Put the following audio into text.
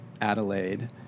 Adelaide